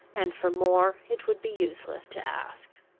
and for more it would be useless to ask.